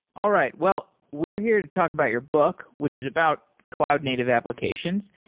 all right. well, we're here to talk about your book, which is about cloud native applications,